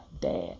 dad